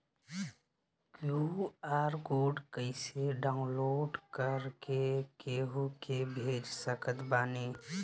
QR code कइसे download कर के केहु के भेज सकत बानी?